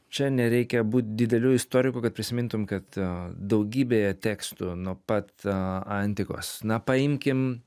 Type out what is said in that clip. čia nereikia būt dideliu istoriku kad prisimintum kad daugybėje tekstų nuo pat antikos na paimkim